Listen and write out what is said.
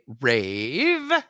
rave